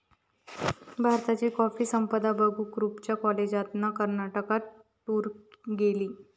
भारताची कॉफी संपदा बघूक रूपच्या कॉलेजातना कर्नाटकात टूर गेली